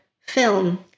film